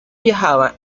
viajaba